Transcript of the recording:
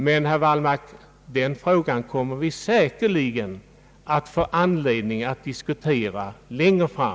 Men, herr Wallmark, den frågan kommer vi säkerligen att få anledning att diskutera längre fram.